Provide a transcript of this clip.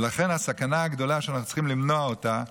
ולכן, הסכנה הגדולה, שאנחנו צריכים למנוע אותה,